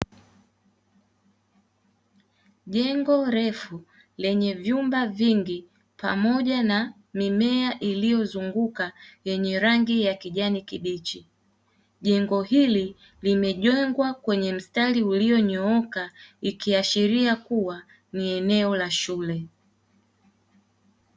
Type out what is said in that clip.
Jengo refu lenye vyumba vingi pamoja na mimea iliyozunguka yenye rangi ya kijani kibichi. Jengo hili limejengwa kwenye mstari ulionyooka, ikiashiria kuwa ni eneo la shule.